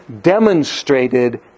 demonstrated